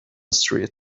street